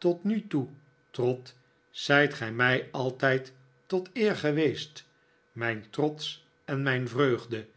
tot nu toe trot zijt ge mij altijd tot eer geweest mijn trots en mijn vreugde